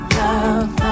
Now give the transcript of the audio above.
love